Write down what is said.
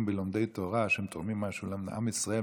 בלומדי תורה שהם תורמים משהו לעם ישראל,